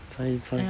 fine fine